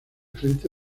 frente